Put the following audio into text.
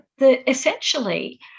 essentially